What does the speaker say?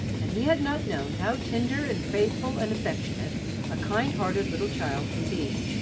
and he had not known how tender and faithful and affectionate a kind-hearted little child can be,